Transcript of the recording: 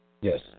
Yes